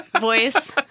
voice